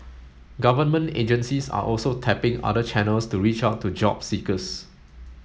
government agencies are also tapping other channels to reach out to job seekers